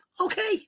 okay